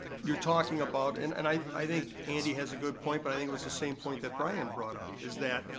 you're talking about, and and i i think andy has a good point, but i think it was the same point that brian brought up is that,